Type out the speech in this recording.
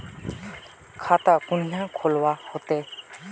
खाता कुनियाँ खोलवा होते?